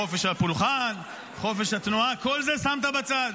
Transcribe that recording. חופש הפולחן, חופש התנועה, את כל זה שמת בצד.